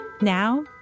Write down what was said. Now